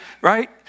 right